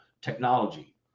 technology